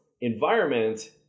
environment